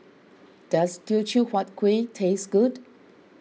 does Teochew Huat Kuih taste good